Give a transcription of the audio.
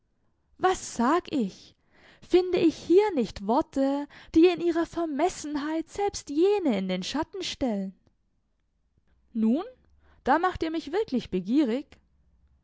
was sag ich finde ich hier nicht worte die in ihrer vermessenheit selbst jene in den schatten stellen nun da macht ihr mich wirklich begierig